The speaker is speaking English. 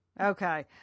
Okay